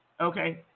Okay